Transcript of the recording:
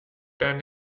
ten